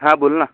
हा बोल ना